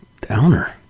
downer